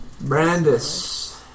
Brandis